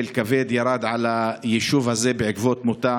אבל כבד ירד על היישוב הזה בעקבות מותה